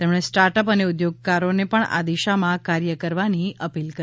તેમણે સ્ટાર્ટઅપ અને ઉદ્યોગકારોને પણ આ દિશામાં કાર્ય કરવાની અપીલ કરી